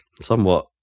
somewhat